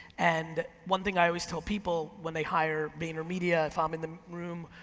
and one thing i always tell people when they hire vaynermedia, if i'm in the room,